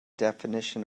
definition